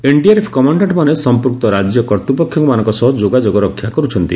NDRF କମାଶ୍ଡାଷ୍ଟ୍ମାନେ ସମ୍ପୃକ୍ତ ରାଜ୍ୟ କର୍ତ୍ତୂପକ୍ଷମାନଙ୍କ ସହ ଯୋଗାଯୋଗ ରକ୍ଷା କରୁଛନ୍ତି